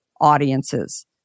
audiences